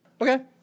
Okay